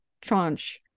tranche